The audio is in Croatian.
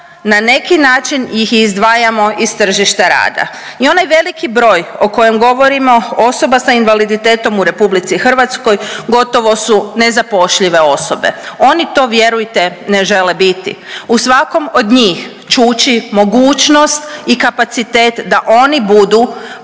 na neki način ih izdvajamo i s tržišta rada i onaj veliki broj o kojem govorimo osoba sa invaliditetom u RH gotovo su nezapošljive osobe, oni to vjerujte ne žele biti, u svakom od njih čuči mogućnost i kapacitet da oni budu